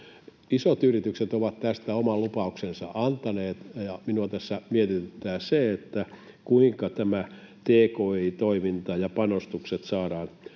Isot yritykset ovat tästä oman lupauksensa antaneet. Minua tässä mietityttää se, kuinka tämä tki-toiminta ja -panostukset saadaan